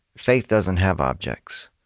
faith doesn't have objects.